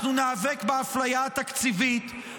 אנחנו ניאבק באפליה התקציבית,